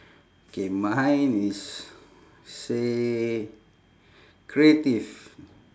K mine is say creative